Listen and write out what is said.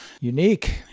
Unique